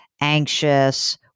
anxious